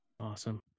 Awesome